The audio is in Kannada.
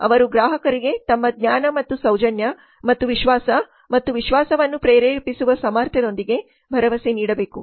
ಅವರು ಗ್ರಾಹಕರಿಗೆ ತಮ್ಮ ಜ್ಞಾನ ಮತ್ತು ಸೌಜನ್ಯ ಮತ್ತು ವಿಶ್ವಾಸ ಮತ್ತು ವಿಶ್ವಾಸವನ್ನು ಪ್ರೇರೇಪಿಸುವ ಸಾಮರ್ಥ್ಯದೊಂದಿಗೆ ಭರವಸೆ ನೀಡಬೇಕು